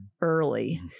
early